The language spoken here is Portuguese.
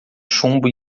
chumbo